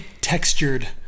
textured